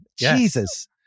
Jesus